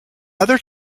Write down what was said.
other